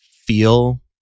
feel